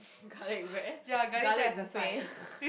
garlic bread garlic buffet